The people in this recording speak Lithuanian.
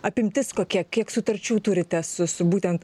apimtis kokia kiek sutarčių turite su su būtent